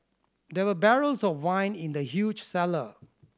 there were barrels of wine in the huge cellar